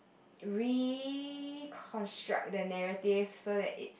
reconstruct the narrative so that it